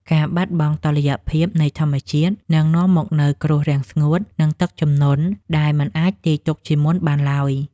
ការបាត់បង់តុល្យភាពនៃធម្មជាតិនឹងនាំមកនូវគ្រោះរាំងស្ងួត និងទឹកជំនន់ដែលមិនអាចទាយទុកជាមុនបានឡើយ។